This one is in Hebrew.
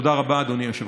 תודה רבה, אדוני היושב-ראש.